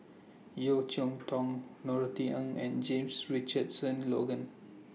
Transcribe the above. Yeo Cheow Tong Norothy Ng and James Richardson Logan